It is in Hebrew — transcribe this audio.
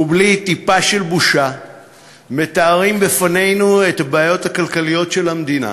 ובלי טיפה של בושה מתארים בפנינו את הבעיות הכלכליות של המדינה,